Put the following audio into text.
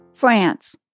France